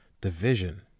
division